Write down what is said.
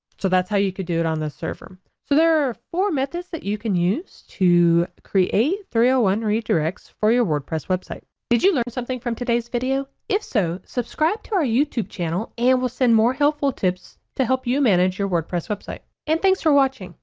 so that's how you could do it on this server. so there are four methods that you can use to create three hundred and ah one redirects for your wordpress website. did you learn something from today's video? if so subscribe to our youtube channel and we'll send more helpful tips to help you manage your wordpress website and thanks for watching